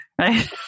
Right